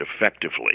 effectively